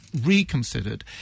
reconsidered